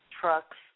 trucks